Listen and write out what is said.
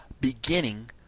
beginning